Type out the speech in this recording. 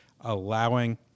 allowing